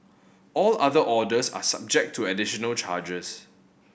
all other orders are subject to additional charges